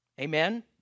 Amen